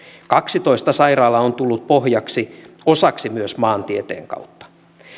kaksitoista sairaalaa on tullut pohjaksi osaksi myös maantieteen kautta